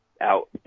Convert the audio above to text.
out